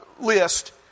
list